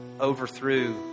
overthrew